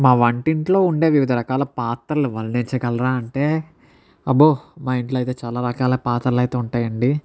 మా వంటింట్లో ఉండే వివిధ రకాల పాత్రలు వర్ణించగలరా అంటే అబ్బో మా ఇంట్లో అయితే చాలా రకాల పాత్రలు అయితే ఉంటాయి అండి